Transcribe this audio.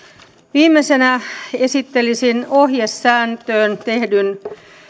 viimeisenä esittelisin ohjesääntöön tehdyn